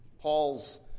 Paul's